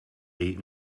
ate